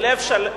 בלב שלם.